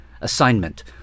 Assignment